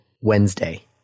Wednesday